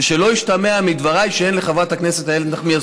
ושלא ישתמע מדבריי שאין לחברת הכנסת איילת נחמיאס